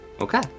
Okay